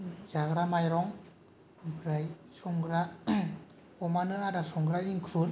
जाग्रा माइरं ओमफ्राय संग्रा अमानो आदार संग्रा इंखुर